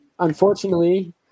Unfortunately